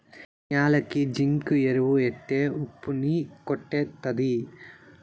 ఈ న్యాలకి జింకు ఎరువు ఎత్తే ఉప్పు ని కొట్టేత్తది